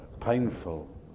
painful